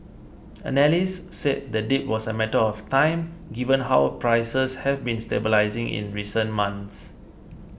analysts said the dip was a matter of time given how prices have been stabilising in recent months